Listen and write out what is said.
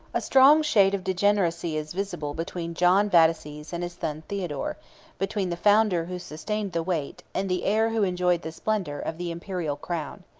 a strong shade of degeneracy is visible between john vataces and his son theodore between the founder who sustained the weight, and the heir who enjoyed the splendor, of the imperial crown.